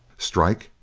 strike!